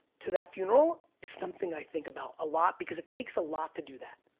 to that funeral, is something i think about a lot, because it takes a lot to do that,